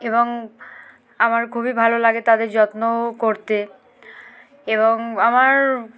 এবং আমার খুবই ভালো লাগে তাদের যত্নও করতে এবং আমার